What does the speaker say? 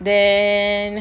then